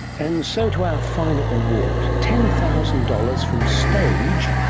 and so to our final award, ten thousand dollars from stage,